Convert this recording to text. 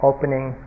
Opening